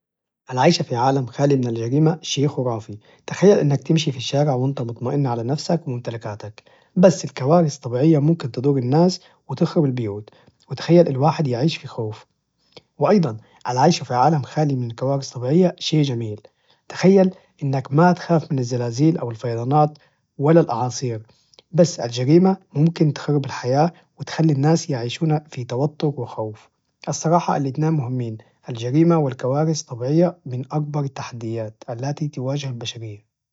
العيش في عالم خالي من الجريمة شيء خرافي، تخيل إنك تمشي في الشارع وإنت مطمئن على نفسك وممتلكاتك، بس الكوارث الطبيعية ممكن تضر الناس وتخرب البيوت، وتخيل الواحد يعيش في خوف، وأيضاً العيش في عالم خالي من الكوارث الطبيعية شيء جميل، تخيل أنك ما تخاف من الزلازيل، أو الفيضانات، ولا الأعاصير، بس الجريمة ممكن تخرب الحياة وتخلي الناس يعيشون في توتر وخوف، الصراحة الاثنان مهمين الجريمة والكوارث الطبيعية من أكبر التحديات التي تواجه البشرية.